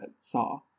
saw